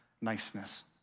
niceness